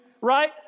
Right